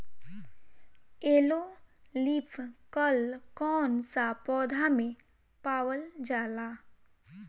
Yellow leaf कल कौन सा पौधा में पावल जाला?